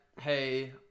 hey